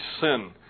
sin